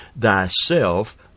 thyself